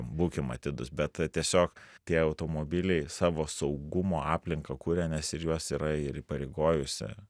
būkim atidūs bet tiesiog tie automobiliai savo saugumo aplinką kuria nes ir juos yra ir įpareigojusi